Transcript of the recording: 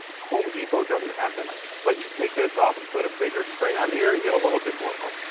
home depot doesn't have them, i checked. but you take this off and put a bigger spring on here and get a little bit more oomph.